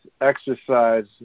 exercise